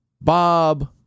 Bob